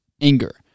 anger